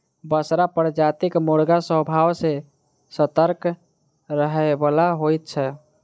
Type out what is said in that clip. बसरा प्रजातिक मुर्गा स्वभाव सॅ सतर्क रहयबला होइत छै